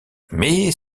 mais